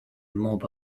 mob